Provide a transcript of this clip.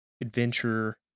adventure